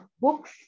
books